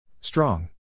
Strong